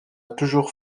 toujours